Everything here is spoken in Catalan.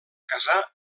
casar